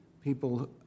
people